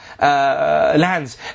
lands